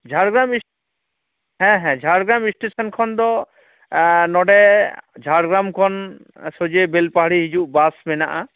ᱡᱷᱟᱲᱜᱨᱟᱢ ᱦᱮᱸ ᱦᱮᱸ ᱡᱷᱟᱲᱜᱨᱟᱢ ᱥᱴᱮᱥᱚᱱ ᱠᱷᱚᱱ ᱫᱚ ᱱᱚᱰᱮ ᱡᱷᱟᱲᱜᱨᱟᱢ ᱠᱷᱚᱱ ᱥᱚᱡᱽᱦᱮ ᱵᱮᱞᱯᱟᱦᱟᱲᱤ ᱦᱤᱡᱩᱜ ᱵᱟᱥ ᱢᱮᱱᱟᱜᱼᱟ